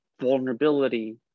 vulnerability